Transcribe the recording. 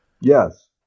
Yes